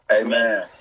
Amen